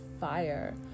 fire